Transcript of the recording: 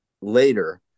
later